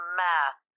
math